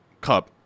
Cup